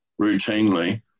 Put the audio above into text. routinely